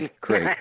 Great